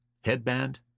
Headband